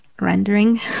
rendering